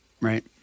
Right